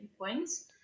points